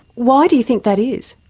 why do you think that is?